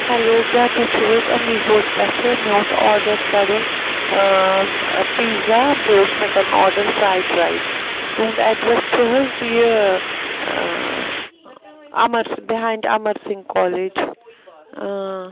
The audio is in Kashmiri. ہیلو کیٛاہ تُہۍ چھُو حظ امیٖگوز پٮ۪ٹھٕ مےٚ اوس آرڈَر کَرُن پیٖزا بیٚیہِ اوس مےٚ کَرُن آرڈَر فرٛایڈ رایِس تُہُنٛد اٮ۪ڈرَس چھِ حظ یہِ اَمَرس بِہایِنٛڈ اَمَر سِنٛگھ کالیج